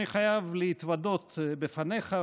אני חייב להתוודות בפניך,